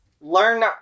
Learn